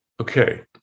okay